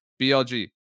BLG